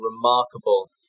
remarkable